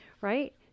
right